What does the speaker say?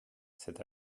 cet